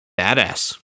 badass